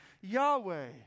Yahweh